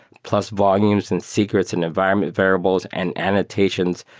plus volumes and secrets and environment variables and annotations.